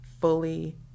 fully